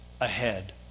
ahead